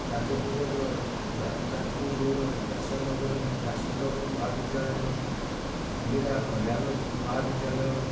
ଯାଜପୁରର ଯାଜପୁର ରୋଡ଼ ବ୍ୟାସନଗରର ବ୍ୟାସନଗର ମହାବିଦ୍ୟାଳୟ ଇନ୍ଦିରା ମହିଳା ମହାବିଦ୍ୟାଳୟ